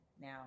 now